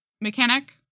mechanic